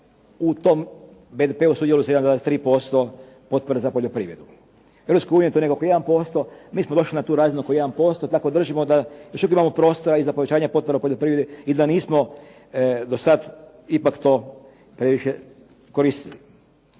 u tom BDP-u sudjeluje sa 1,3% potpore za poljoprivredu. U EU je to negdje oko 1%, mi smo došli na tu razinu oko 1%, tako držimo da još uvijek imamo prostora i za povećanje potpora poljoprivredi i da nismo dosada ipak to previše koristili.